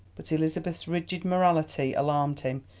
but elizabeth's rigid morality alarmed him,